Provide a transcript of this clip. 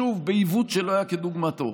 שוב, בעיוות שלא היה כדוגמתו.